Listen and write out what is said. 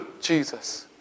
Jesus